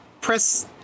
press